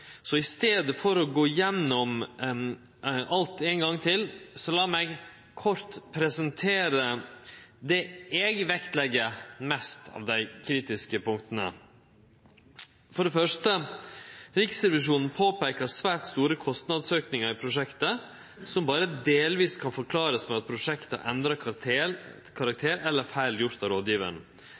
så i staden for å gå igjennom alt ein gong til vil eg kort presentere det eg legg mest vekt på av dei kritiske punkta. For det første: Riksrevisjonen peikar på svært store kostnadsaukingar i prosjektet, som berre delvis kan forklarast med at prosjektet endra karakter, eller med feil gjord av